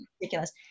ridiculous